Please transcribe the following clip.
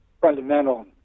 Fundamental